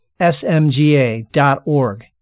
smga.org